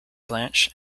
blanche